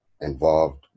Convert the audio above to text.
involved